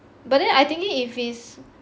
but then I thinking if it's